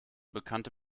bekannte